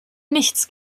nichts